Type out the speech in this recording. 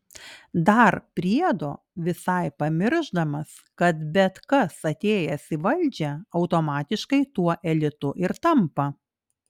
dar priedo visai pamiršdamas kad bet kas atėjęs į valdžią automatiškai tuo elitu ir tampa